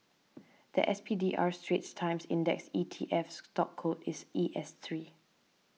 the S P D R Straits Times Index E T F stock code is E S three